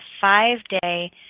five-day